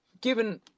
Given